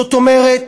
זאת אומרת,